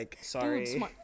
sorry